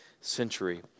century